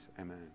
Amen